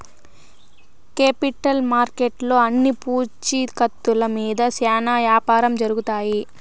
capital మార్కెట్లో అన్ని పూచీకత్తుల మీద శ్యానా యాపారం జరుగుతాయి